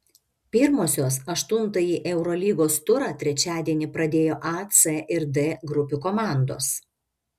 pirmosios aštuntąjį eurolygos turą trečiadienį pradėjo a c ir d grupių komandos